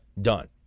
Done